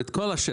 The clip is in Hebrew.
את כל השטח.